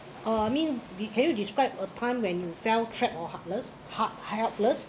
uh I mean can you describe a time when you felt trapped or heartless he~ helpless